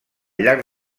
llarg